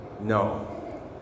no